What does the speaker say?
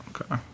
okay